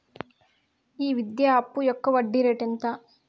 ఈ విద్యా అప్పు యొక్క వడ్డీ రేటు ఎంత?